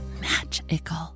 magical